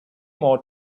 more